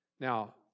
Now